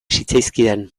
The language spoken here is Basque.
zitzaizkidan